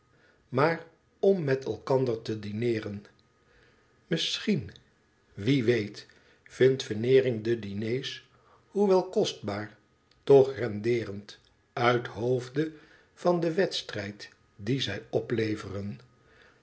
maar om met elkander te dineeren misschien wie weet vindt veneering de diners hoewel kostbaar toch rendeerend uithoofde van den wedstrijd dien zij opleveren